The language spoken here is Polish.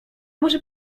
może